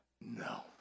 No